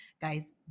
guys